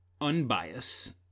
unbiased